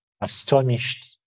astonished